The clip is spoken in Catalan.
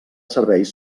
serveis